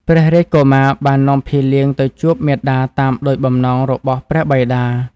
ព្រះរាជកុមារបាននាំភីលៀងទៅជួបមាតាតាមដូចបំណងរបស់ព្រះបិតា។